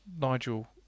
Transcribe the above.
Nigel